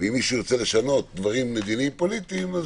ואם מישהו ירצה לשנות דברים מדיניים פוליטיים,